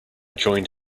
joined